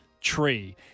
Tree